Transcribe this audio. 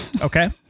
okay